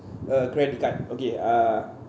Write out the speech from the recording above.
a credit card okay uh